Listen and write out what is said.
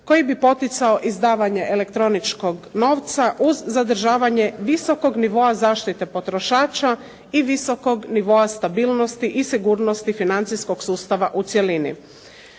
koji bi poticao izdavanje elektroničkog novca uz zadržavanje visokog nivoa zaštite potrošača i visokog nivoa stabilnosti i sigurnosti financijskog sustava u cjelini.